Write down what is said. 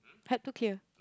help to kill